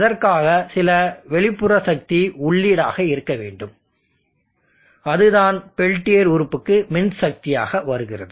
அதற்காக சில வெளிப்புற சக்தி உள்ளீடாக இருக்க வேண்டும் அதுதான் பெல்டியர் உறுப்புக்கு மின்சக்தியாக வருகிறது